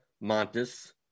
Montes